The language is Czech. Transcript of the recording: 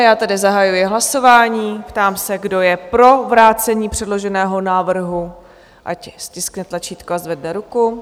Já tedy zahajuji hlasování a ptám se, kdo je pro vrácení předloženého návrhu, ať stiskne tlačítko a zvedne ruku.